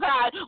God